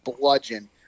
bludgeon